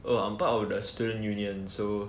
oh I'm part of the student union so